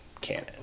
canon